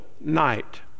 night